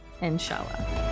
Inshallah